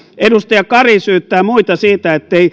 edustaja kari syyttää muita siitä ettei